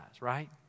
right